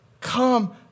Come